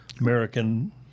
american